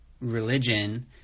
religion